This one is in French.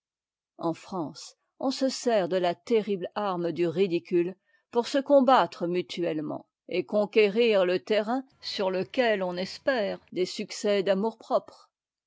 en france on se sert de la terrible arme du ridicule pour se combattre mutuelleinent et conquérir te terrain sur lequel on espère